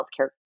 healthcare